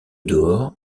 dehors